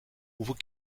hoeveel